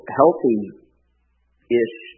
healthy-ish